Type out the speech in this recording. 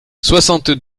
soixante